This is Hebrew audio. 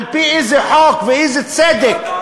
על-פי איזה חוק ואיזה צדק,